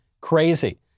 crazy